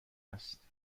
است